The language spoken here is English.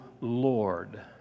Lord